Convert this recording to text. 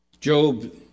Job